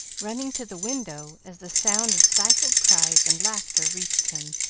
running to the window as the sound of stifled cries and laughter reached him.